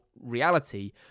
reality